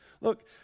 Look